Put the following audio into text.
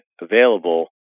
available